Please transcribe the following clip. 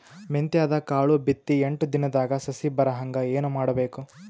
ಮೆಂತ್ಯದ ಕಾಳು ಬಿತ್ತಿ ಎಂಟು ದಿನದಾಗ ಸಸಿ ಬರಹಂಗ ಏನ ಮಾಡಬೇಕು?